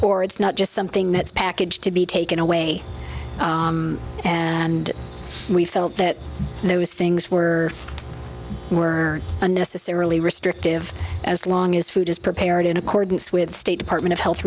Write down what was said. or it's not just something that's packaged to be taken away and we felt that those things were were unnecessarily restrictive as long as food is prepared in accordance with state department of health